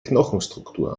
knochenstruktur